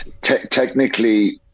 Technically